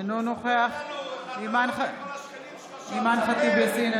אינו נוכח אימאן ח'טיב יאסין,